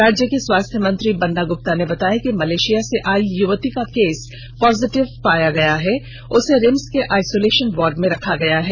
राज्य के स्वास्थ्य मंत्री बन्ना ग्रप्ता ने बताया कि मलेशिया से आयी युवती का केस पॉजिटिव पाया गया हैउसे रिम्स के आइसोलेशन वार्ड में रखा गया है